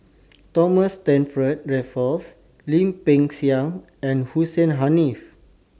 Thomas Stamford Raffles Lim Peng Siang and Hussein Haniff